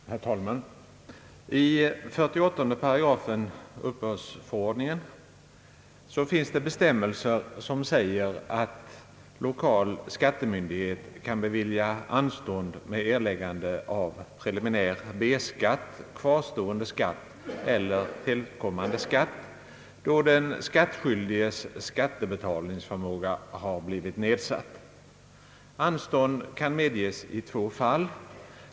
Herr talman! I 48 § uppbördsförordningen finns bestämmelser som säger att lokal skattemyndighet kan bevilja anstånd med erläggande av preliminär B skatt, kvarstående skatt eller tillkommande skatt, då den skattskyldiges skattebetalningsförmåga har blivit nedsatt. Anstånd kan medges i två fall.